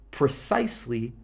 precisely